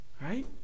Right